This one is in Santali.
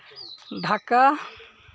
ᱰᱷᱟᱠᱟ